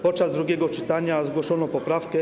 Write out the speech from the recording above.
Podczas drugiego czytania zgłoszono poprawkę.